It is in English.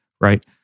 Right